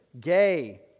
gay